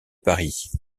paris